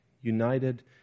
united